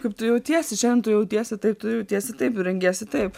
kaip tu jautiesi šiandien tu jautiesi taip tu jautiesi taip ir rengiesi taip